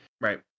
right